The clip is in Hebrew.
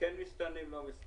כן מסתננים או לא מסתננים.